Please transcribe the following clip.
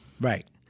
right